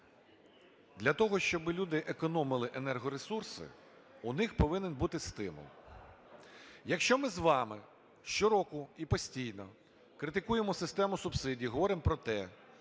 для того, щоби люди економили енергоресурси, у них повинен бути стимул. Якщо ми з вами щороку і постійно критикуємо систему субсидій, говоримо про те,